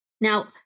now